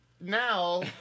Now